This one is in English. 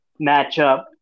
matchup